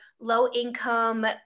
low-income